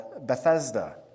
Bethesda